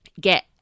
get